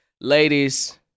Ladies